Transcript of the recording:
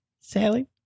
Sally